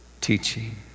teaching